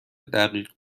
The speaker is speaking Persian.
دقیق